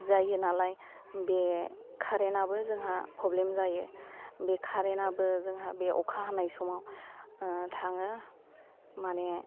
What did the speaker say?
जायो नालाय बे कारेनाबो जोंहा प्रब्लेम जायो बे कारेनाबो जोंहा बे अखा हानाय समाव थाङो माने